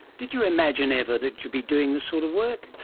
did you imagine ever that you'd be doing this sort of work?